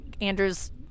Andrew's